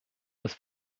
das